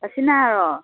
ꯍꯁꯤꯅꯥꯔꯣ